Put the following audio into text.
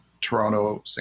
Toronto